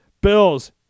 Bills